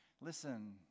Listen